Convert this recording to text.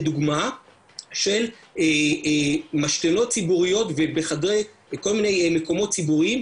לדוגמה של משתנות ציבוריות בכל מיני מקומות ציבוריים,